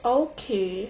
okay